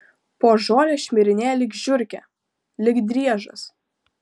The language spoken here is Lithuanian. po žolę šmirinėja lyg žiurkė lyg driežas